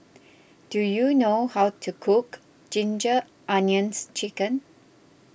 do you know how to cook Ginger Onions Chicken